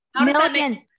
Millions